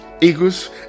eagles